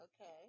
Okay